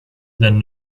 then